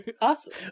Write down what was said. Awesome